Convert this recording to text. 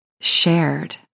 shared